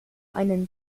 einen